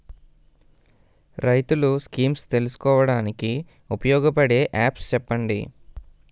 రైతులు స్కీమ్స్ తెలుసుకోవడానికి ఉపయోగపడే యాప్స్ చెప్పండి?